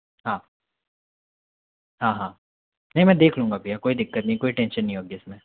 हाँ हाँ हाँ नहीं मैं देख लूँगा भैया कोई दिक्कत नहीं कोई टेंशन नहीं होगी इसमें